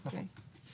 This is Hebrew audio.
נכון.